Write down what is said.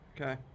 Okay